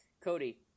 Cody